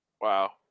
Wow